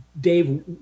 Dave